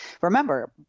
Remember